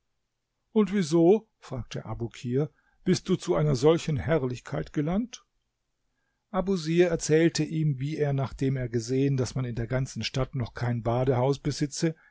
und wieso fragte abukir bist du zu einer solchen herrlichkeit gelangt abusir erzählte ihm wie er nachdem er gesehen daß man in der ganzen stadt noch kein badehaus besitze